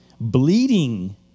bleeding